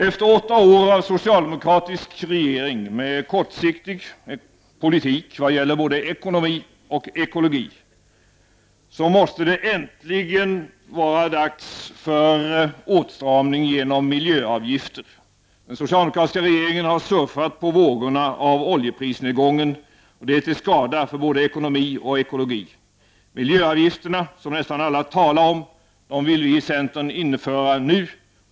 Efter åtta år av socialdemokratisk regering, med kortsiktig politik i vad gäller både ekonomi och ekologi, måste det äntligen vara dags för åtstramning genom miljöavgifter. Den socialdemokratiska regeringen har surfat på vågorna av oljeprisnedgången. Det är till skada för både ekonomi och ekologi. Miljöavgifterna, som nästan alla talar om — dem vill vi i centern införa nu.